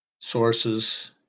sources